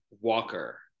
Walker